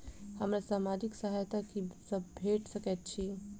हमरा सामाजिक सहायता की सब भेट सकैत अछि?